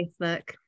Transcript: Facebook